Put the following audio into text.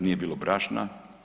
Nije bilo brašna.